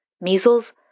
Measles